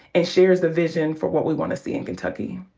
and shares the vision for what we wanna see in kentucky.